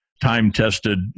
time-tested